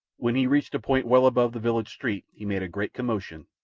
when he reached a point well above the village street he made a great commotion,